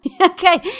Okay